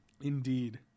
Indeed